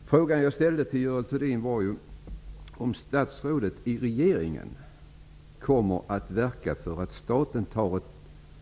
Den fråga som jag ställde till Görel Thurdin var: ''Kommer statsrådet i regeringen verka för att staten tar